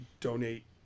donate